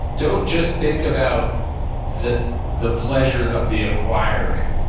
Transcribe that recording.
don't just think about the the pleasure of the acquiring,